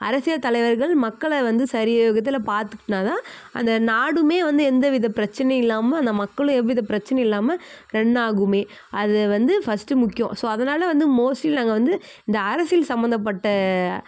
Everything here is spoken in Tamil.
அரசியல் தலைவர்கள் மக்களை வந்து சரியாக இதில் பார்த்துக்கிட்டா தான் அந்த நாடுமே வந்து எந்த வித பிரச்சனையும் இல்லாம அந்த மக்களும் எவ்வித பிரச்சினையும் இல்லாமல் ரன் ஆகுமே அது வந்து ஃபஸ்ட்டு முக்கியம் ஸோ அதனால் வந்து மோஸ்ட்லி நாங்கள் வந்து இந்த அரசியல் சம்மந்தப்பட்ட